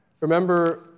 Remember